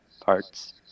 parts